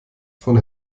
von